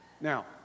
Now